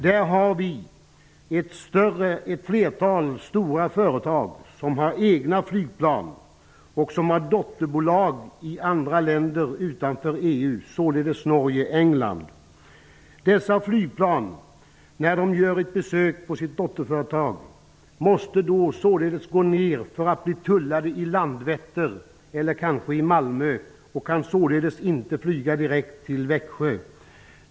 Där har vi ett flertal stora företag som har egna flygplan. Dessa företag har dotterbolag i andra länder utanför EU, således Norge och England. När dessa företag skall göra ett besök på sitt dotterföretag måste flygplanen gå ner för att bli tullade i Landvetter eller kanske i Malmö. De kan således inte flyga direkt till Växjö.